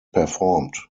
performed